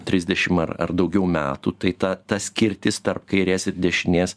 trisdešimt ar daugiau metų tai ta ta skirtis tarp kairės dešinės